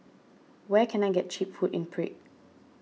where can I get Cheap Food in Prague